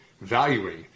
valuing